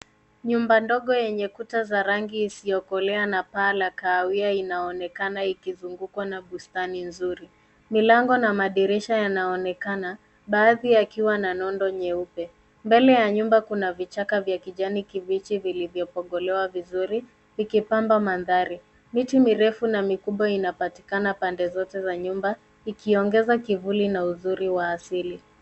Nyumba ndogo yenye kuta za rangi isiyokolea na paa la kahawia inaonekana ikizungukwa na bustani nzuri. Milango na madirisha yanaonekana baadhi yakiwa na nondo nyeupe. Mbele ya nyumba kuna vichaka vya kijani kibichi vilivyo pogolewa vikipamba mandahari. Miti mirefu na mikubwa inapatikana pande zote za nyumba ikiongeza kivuli na uzuri wa asili.